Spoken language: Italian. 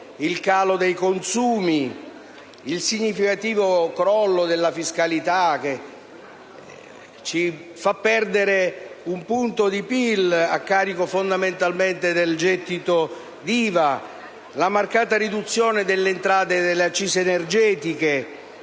al calo dei consumi, al significativo crollo della fiscalità, che ci fa perdere un punto di PIL, a carico fondamentalmente del gettito IVA, alla marcata riduzione delle entrate delle accise energetiche